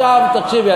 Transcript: עכשיו תקשיבי,